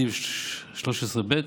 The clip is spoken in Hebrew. סעיף 13(ב)